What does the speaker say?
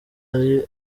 ari